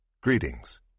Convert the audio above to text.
Greetings